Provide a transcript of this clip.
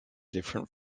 different